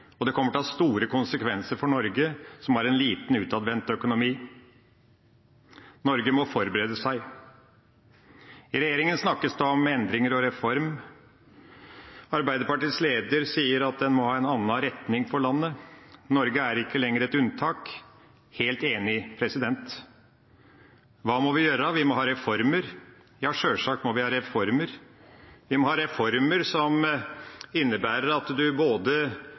og det kommer til å ha store konsekvenser for Norge, som er en liten, utadvendt økonomi. Norge må forberede seg. I regjeringa snakkes det om endringer og reform. Arbeiderpartiets leder sier at en må ha en annen retning for landet, Norge er ikke lenger et unntak. Jeg er helt enig. Hva må vi gjøre? Vi må ha reformer, ja sjølsagt må vi ha reformer. Vi må ha reformer som innebærer at en har respekt for både